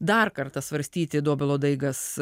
dar kartą svarstyti dobilo daigas